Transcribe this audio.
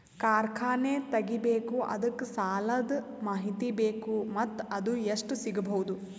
ಕಾರ್ಖಾನೆ ತಗಿಬೇಕು ಅದಕ್ಕ ಸಾಲಾದ ಮಾಹಿತಿ ಬೇಕು ಮತ್ತ ಅದು ಎಷ್ಟು ಸಿಗಬಹುದು?